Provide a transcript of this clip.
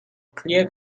clear